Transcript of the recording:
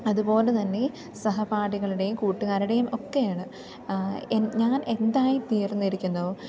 അതുപോലെ തന്നെ സഹപാഠികളുടെയും കൂട്ടുകാരുടെയും ഒക്കെയാണ് എ ഞാൻ എന്തായി തീർന്നിരിക്കുന്നോ